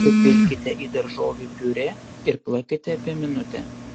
supilkite į daržovių piurė ir plakite apie minutę